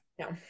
No